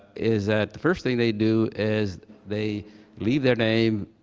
is that the first thing they do is they leave their name,